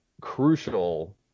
crucial